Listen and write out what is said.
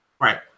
right